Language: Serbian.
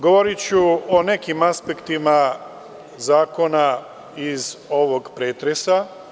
Govoriću o nekim aspektima zakona iz ovog pretresa.